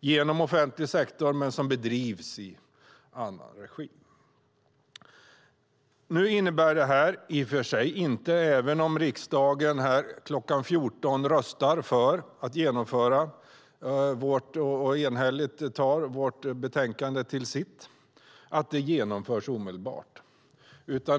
via den offentliga sektorn men som bedrivs i annan regi. Även om riksdagen kl. 16 enhälligt röstar för att anta vårt betänkande i fråga om meddelarskyddet innebär det inte att det genomförs omedelbart.